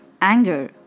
anger